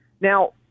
Now